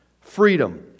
freedom